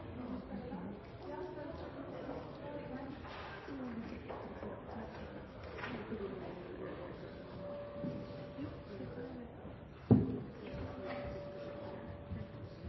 annen karakter som